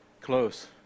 Close